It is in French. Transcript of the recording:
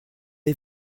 est